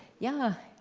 yeah,